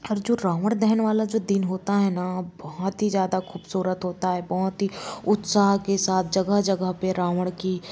और जो रावण दहन वाला जो दिन होता है ना बहुत ही ज़्यादा खूबसूरत होता है बहुत ही उत्साह के साथ जगह जगह पे रावण की